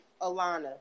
Alana